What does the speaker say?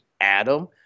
Adam